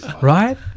Right